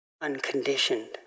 Unconditioned